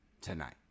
tonight